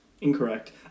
incorrect